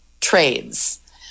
trades